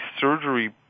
surgery